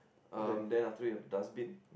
um then after that you have the dustbin